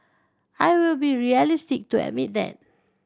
I will be realistic to admit that